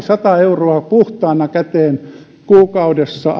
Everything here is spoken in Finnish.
sata euroa puhtaana käteen kuukaudessa